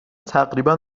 تقریبا